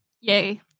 yay